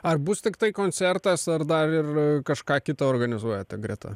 ar bus tiktai koncertas ar dar ir kažką kita organizuojate greta